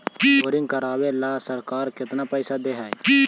Boring करबाबे ल सरकार केतना पैसा दे है?